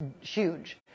huge